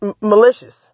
malicious